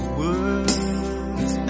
words